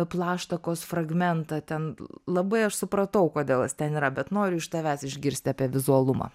plaštakos fragmentą ten labai aš supratau kodėl jis ten yra bet noriu iš tavęs išgirsti apie vizualumą